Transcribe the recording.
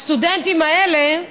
הסטודנטים האלה,